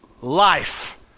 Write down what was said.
life